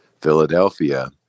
Philadelphia